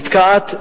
ונתקעת,